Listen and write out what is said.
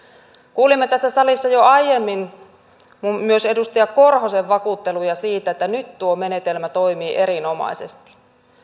kuulimme tässä salissa jo aiemmin myös edustaja korhosen vakuutteluja siitä että nyt tuo menetelmä toimii erinomaisesti